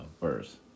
verse